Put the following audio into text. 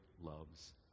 loves